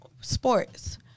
sports